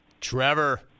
trevor